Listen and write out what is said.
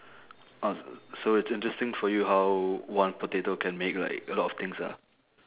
oh so it's interesting for you how one potato can make like a lot of things ah